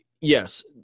Yes